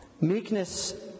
Meekness